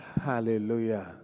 Hallelujah